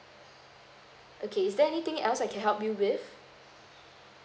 okay is there anything else I can help you with